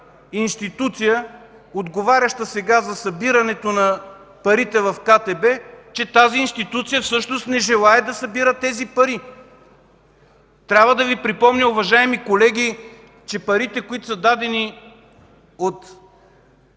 институция, отговаряща сега за събирането на парите в КТБ, че тази институция всъщност не желае да събира тези пари. Уважаеми колеги, трябва да Ви припомня, че парите, които са дадени от